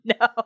No